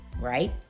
right